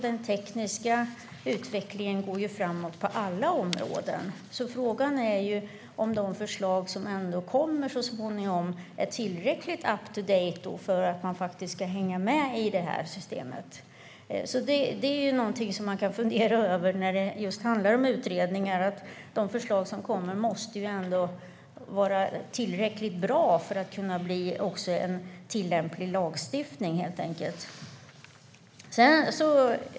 Den tekniska utvecklingen går framåt på alla områden. Frågan är om de förslag som ändå kommer så småningom är tillräckligt up to date för att faktiskt hänga med i systemet. Det är något man kan fundera över i fråga om utredningar. De förslag som läggs fram måste ändå vara tillräckligt bra för att kunna bli en tillämplig lagstiftning.